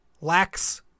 lacks